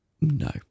no